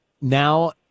now